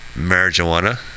Marijuana